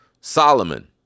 solomon